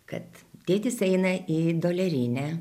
kad tėtis eina į dolerinę